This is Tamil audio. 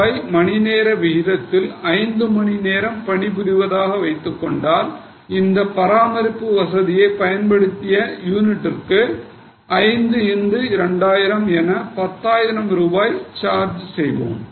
2000 மணிநேர விகிதத்தில் 5 மணிநேரம் பணிபுரிந்ததாக வைத்துக் கொள்ளுங்கள் இந்த பராமரிப்பு வசதியைப் பயன்படுத்திய யூனிட்டுக்கு 5 முதல் 2000 என பத்தாயிரம் ரூபாய் சார்ச் செய்வோம்